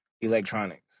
electronics